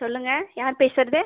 சொல்லுங்கள் யார் பேசுகிறது